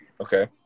Okay